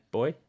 boy